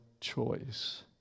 choice